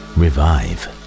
revive